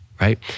right